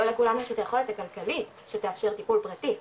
לא לכולנו יש את היכולת הכלכלית שתאפשר טיפול פרטי,